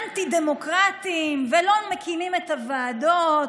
אנטי-דמוקרטיים ולא מקימים את הוועדות,